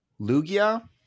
Lugia